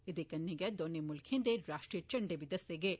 एह्दे कन्नै गै दौनें मुल्खें दे राष्ट्रीय झंडें गी दस्से गेए